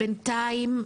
בינתיים,